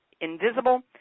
invisible